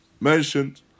mentioned